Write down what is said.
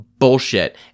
Bullshit